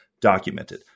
documented